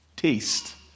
Taste